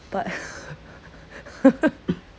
but